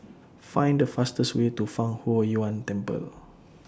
Find The fastest Way to Fang Huo Yuan Temple